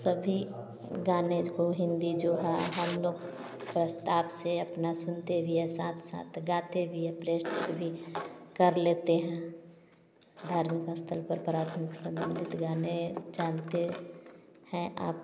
सभी गाने को हिंदी जो हैं हम लोग प्रस्ताव से अपना सुनते भी है साथ साथ गाते भी है प्रेस्ट भी कर लेते हैं धार्मिक स्थल पर प्राथमिक समय में गीत गाने जानते हैं आप